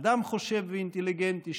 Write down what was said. אדם חושב ואינטליגנטי,